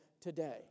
today